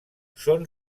són